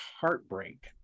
heartbreak